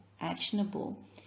actionable